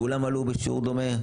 כולן עלו בשיעור דומה?